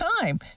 time